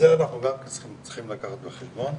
אנחנו גם צריכים לקחת בחשבון,